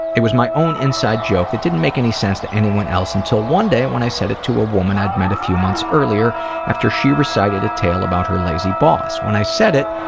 it was my own inside joke that didn't make any sense to anyone else until one day and when i said it to a woman i'd met a few months earlier after she recited a tale about her lazy boss. when i said it,